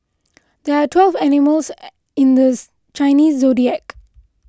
there are twelve animals in the Chinese zodiac